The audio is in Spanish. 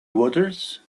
waters